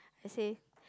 I say